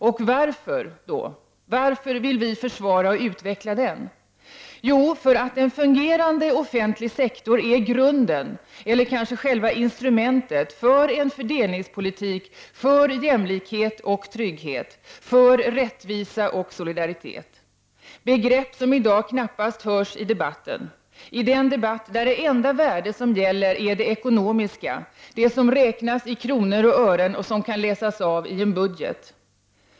Och varför vill vi försvara och utveckla den offentliga sektorn? Jo, därför att en fungerande offentlig sektor är grunden, eller kanske själva instrumentet, för en fördelningspolitik, för jämlikhet och trygghet, för rättvisa och solidaritet. Det är begrepp som i dag knappast hörs i den debatt där det enda värde som gäller är det ekonomiska, det som räknas i kronor och ören och som kan läsas av i en budget.